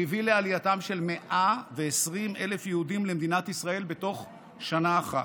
שהביא לעלייתם של 120,000 יהודים למדינת ישראל בתוך שנה אחת.